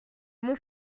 mon